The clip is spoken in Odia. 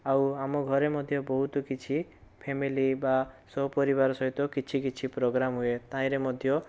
ଆଉ ଆମ ଘରେ ମଧ୍ୟ ବହୁତ କିଛି ଫ୍ୟାମିଲି ବା ସପରିବାର ସହିତ କିଛି କିଛି ପ୍ରୋଗ୍ରାମ ହୁଏ ତାହିଁରେ ମଧ୍ୟ